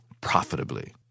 profitably